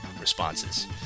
responses